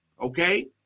Okay